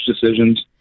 decisions